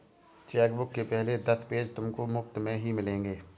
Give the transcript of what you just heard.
chequebook के पहले दस पेज तुमको मुफ़्त में ही मिलेंगे